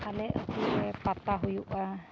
ᱟᱞᱮ ᱟᱛᱳᱨᱮ ᱯᱟᱛᱟ ᱦᱩᱭᱩᱜᱼᱟ